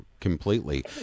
completely